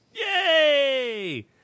Yay